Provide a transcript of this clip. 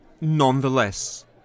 Nonetheless